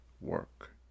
work